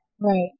Right